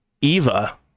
Eva